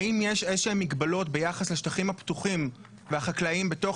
האם יש מגבלות ביחס לשטחים הפתוחים והחקלאיים בתוך